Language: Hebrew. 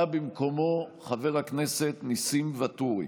בא במקומו חבר הכנסת ניסים ואטורי.